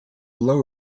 low